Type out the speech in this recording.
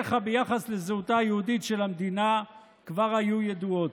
שדעותיך ביחס לזהותה היהודית של המדינה כבר היו ידועות.